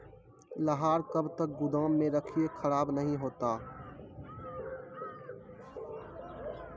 लहार कब तक गुदाम मे रखिए खराब नहीं होता?